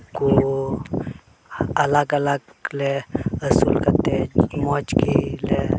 ᱩᱱᱠᱩ ᱟᱞᱟᱜᱽ ᱟᱞᱟᱜᱽ ᱞᱮ ᱟᱹᱥᱩᱞ ᱠᱟᱛᱮᱫ ᱢᱚᱡᱽ ᱜᱮᱞᱮ